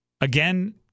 Again